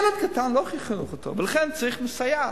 ילד קטן, לא חינכו אותו, ולכן צריך סייעת.